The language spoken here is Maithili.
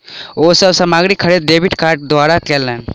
ओ सब सामग्री खरीद डेबिट कार्ड द्वारा कयलैन